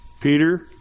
Peter